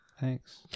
Thanks